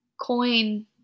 coin